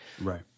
Right